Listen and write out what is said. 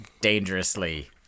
dangerously